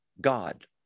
God